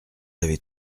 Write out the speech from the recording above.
avez